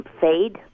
fade